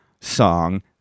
song